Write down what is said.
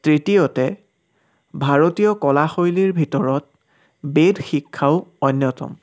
তৃতীয়তে ভাৰতীয় কলাশৈলীৰ ভিতৰত বেদ শিক্ষাও অন্যতম